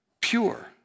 pure